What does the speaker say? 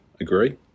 Agree